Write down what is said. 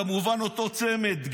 כמובן אותו צמד,